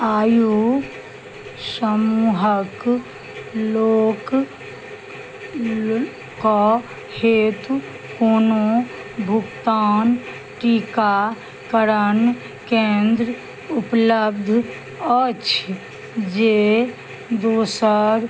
आयु समूहके लोकके हेतु कोनो भुगतान टीकाकरण केन्द्र उपलब्ध अछि जे दोसर